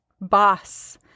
boss